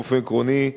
באופן עקרוני,